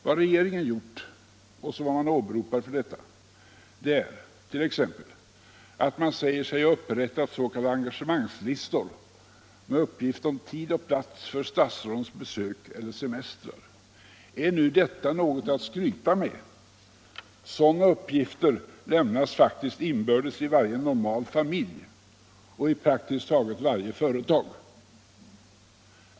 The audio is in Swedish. Vad regeringen åberopar för detta är t.ex. att den regelbundet upprättar s.k. engagemangslistor med uppgift om tid och platser för statsrådens besök eller semestrar. Är nu detta något att skryta med? Sådana uppgifter lämnas faktiskt inbördes i varje normal familj och i praktiskt taget alla företag.